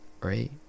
right